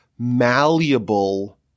malleable